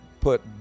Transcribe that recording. put